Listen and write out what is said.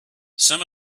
some